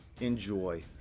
enjoy